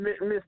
miss